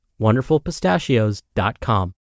wonderfulpistachios.com